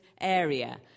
area